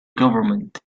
government